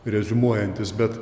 reziumuojantis bet